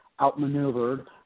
outmaneuvered